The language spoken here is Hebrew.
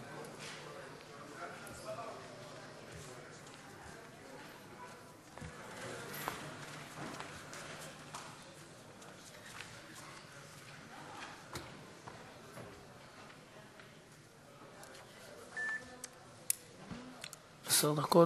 עשר דקות.